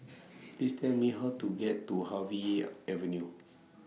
Please Tell Me How to get to Harvey Avenue